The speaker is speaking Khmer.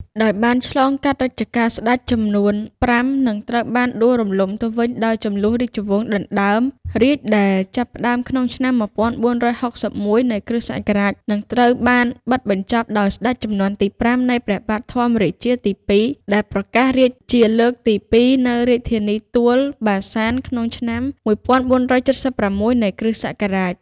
ដោយបានឆ្លងកាត់រជ្ជកាលស្ដេច ចំនួន៥ និងត្រូវបានដួលរំលំទៅវិញ ដោយជម្លោះរាជវង្សដណ្ដើមរាជដែលចាប់ផ្ដើមក្នុងឆ្នាំ ១៤៦១ នៃគ.សករាជ និងត្រូវបានបិទបញ្ចប់ដោយស្ដេចជំនាន់ទី៥ នៃ ព្រះបាទធម្មរាជាទី២ ដែលប្រកាសរាជជាលើកទី២ នៅរាជធានីទួលបាសាន ក្នុងឆ្នាំ ១៤៧៦ នៃគ.សករាជ ។